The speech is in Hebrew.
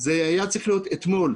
זה היה צריך להיות אתמול,